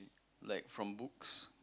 like from books